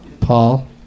Paul